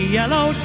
yellow